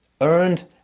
earned